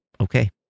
Okay